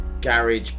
garage